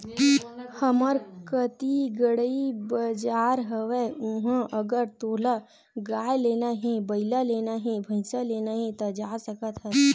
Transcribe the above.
हमर कती गंड़ई बजार हवय उहाँ अगर तोला गाय लेना हे, बइला लेना हे, भइसा लेना हे ता जा सकत हस